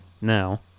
Now